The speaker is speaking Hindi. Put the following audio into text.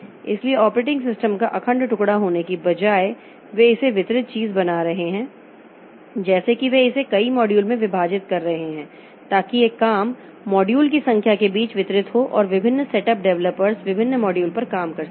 इसलिए ऑपरेटिंग सिस्टम का अखंड टुकड़ा होने के बजाय वे इसे वितरित चीज़ बना रहे हैं जैसे कि वे इसे कई मॉड्यूल में विभाजित कर रहे हैं ताकि यह काम मॉड्यूल की संख्या के बीच वितरित हो और विभिन्न सेटअप डेवलपर्स विभिन्न मॉड्यूल पर काम कर सकें